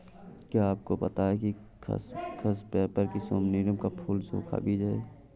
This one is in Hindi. क्या आपको पता है खसखस, पैपर सोमनिफरम का सूखा बीज है?